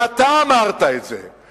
ואתה אמרת את זה,